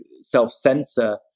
self-censor